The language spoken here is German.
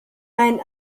ein